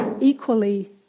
equally